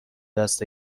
دست